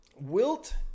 Wilt